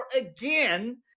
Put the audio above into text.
again